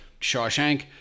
Shawshank